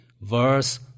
verse